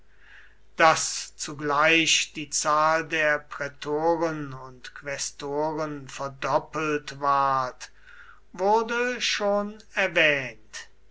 daß zugleich die zahl der prätoren und quästoren verdoppelt ward wurde schon erwähnt